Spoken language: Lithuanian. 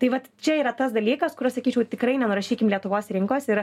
tai vat čia yra tas dalykas kur aš sakyčiau tikrai nenurašykim lietuvos rinkos yra